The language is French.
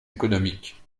économiques